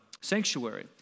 sanctuary